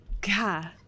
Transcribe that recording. God